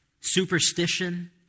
superstition